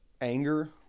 anger